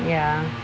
ya